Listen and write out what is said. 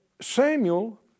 Samuel